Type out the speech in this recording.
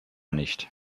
nicht